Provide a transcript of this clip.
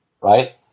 right